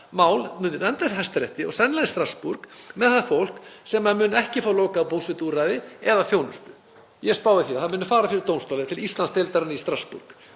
mál sem endar í Hæstarétti og sennilega í Strassborg með það fólk sem mun ekki fá lokað búsetuúrræði eða þjónustu. Ég spái því að það muni fara fyrir dómstóla, til Íslandsdeildarinnar í Strassborg.